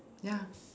ya